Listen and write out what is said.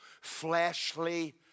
fleshly